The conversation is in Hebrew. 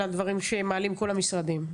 לדברים שמעלים כל המשרדים.